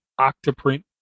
Octoprint